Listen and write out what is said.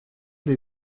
dès